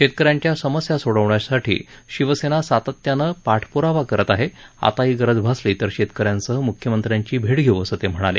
शेतक यांच्या समस्या सोडवण्यासाठी शिवसेना सातत्यानं पाठप्रावा करत आहे आताही गरज भासली तर शेतक यांसह मुख्यमंत्र्यांची भेट घेऊ असं ते म्हणाले